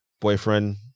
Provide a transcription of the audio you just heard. boyfriend